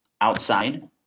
outside